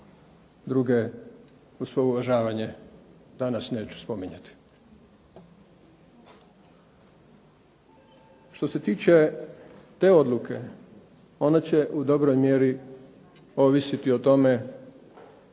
Druge, uz svo uvažavanje, danas neću spominjati. Što se tiče te odluke, ona će u dobroj mjeri ovisiti o tome